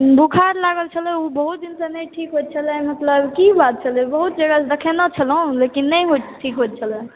बोखार लागल छलै बहुत दिन सॅं नहि ठीक भेलै मतलब की इलाज छलै बहुत जगह देखेने छलहुॅं नहि ठीक होइत छलै